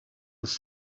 was